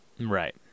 Right